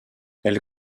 elle